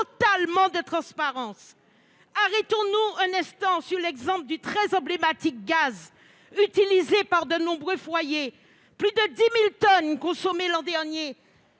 totalement de transparence. Arrêtons-nous un instant sur l'exemple très emblématique du gaz utilisé par de nombreux foyers - plus de 10 000 tonnes ont été consommées l'an dernier